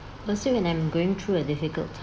assume when I'm going through a difficult